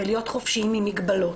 ולהיות חופשיים ממגבלות.